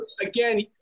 Again